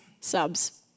Subs